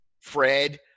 Fred